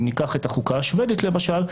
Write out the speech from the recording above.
אם ניקח את החוקה השבדית למשל,